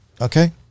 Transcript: Okay